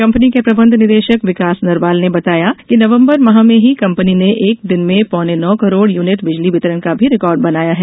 company के प्रबंध निदेशक विकास नरवाल ने बताया कि नवंबर माह में ही कंपनी ने एक दिन में पौने नौ करोड़ यूनिट बिजली वितरण का भी रिकार्ड बनाया हैं